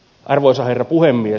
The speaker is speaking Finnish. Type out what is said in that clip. arvoisa herra puhemies